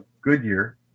Goodyear